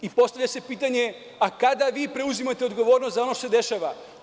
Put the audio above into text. I postavlja se pitanje, a kada vi preuzimate odgovornost za ono što se dešava?